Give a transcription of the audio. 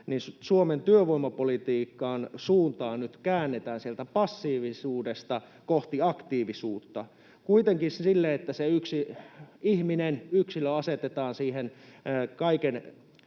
Suomen työvoimapolitiikan suuntaa nyt käännetään sieltä passiivisuudesta kohti aktiivisuutta, kuitenkin silleen, että se yksi ihminen, yksilö, asetetaan siihen kaiken